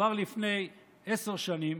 כבר לפני עשר שנים,